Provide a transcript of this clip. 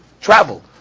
travel